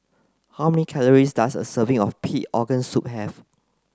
how many calories does a serving of pig organ soup have